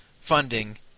funding